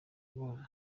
bose